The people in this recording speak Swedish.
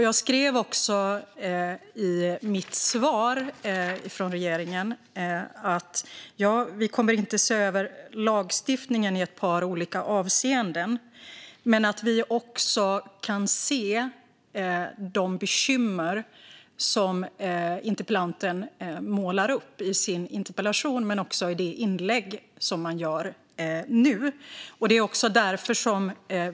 Jag sa också i mitt svar från regeringen att vi inte kommer att se över lagstiftningen i ett par olika avseenden men att även vi kan se de bekymmer som interpellanten målar upp i sin interpellation och i det inlägg han gör nu.